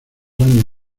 años